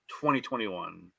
2021